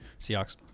Seahawks